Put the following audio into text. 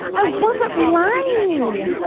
i wasn't lying!